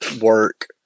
work